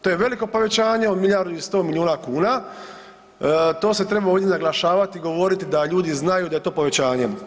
To je veliko povećanje od milijardu i 100 milijuna kuna, to se treba ovdje naglašavati i govoriti da ljudi znaju da je to povećanje.